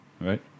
Right